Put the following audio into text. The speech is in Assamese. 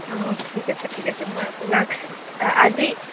অ ঠিক আছে ঠিক আছে মই আপোনাক আজি